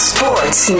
Sports